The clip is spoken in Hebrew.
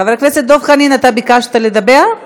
חבר הכנסת דב חנין, אתה ביקשת לדבר?